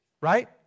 right